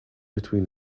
between